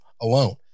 alone